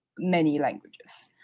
many languages.